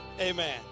amen